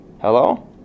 Hello